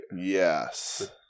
yes